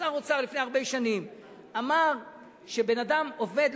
שר אוצר לפני הרבה שנים אמר שבן-אדם עובד,